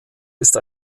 ist